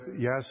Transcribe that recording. yes